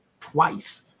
twice